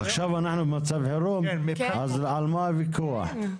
אם כן, על מה הוויכוח?